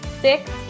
six